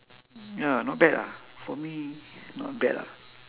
ya not bad ah for me not bad lah